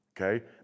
Okay